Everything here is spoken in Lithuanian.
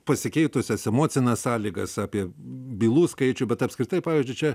pasikeitusias emocines sąlygas apie bylų skaičių bet apskritai pavyzdžiui čia